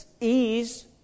ease